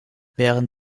während